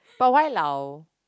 but why 老